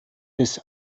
des